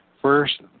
first